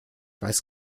weiß